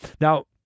Now